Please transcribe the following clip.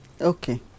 Okay